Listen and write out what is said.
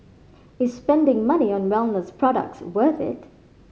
is spending money on wellness products worth it